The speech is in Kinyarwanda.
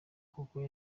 kuko